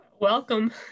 welcome